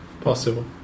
possible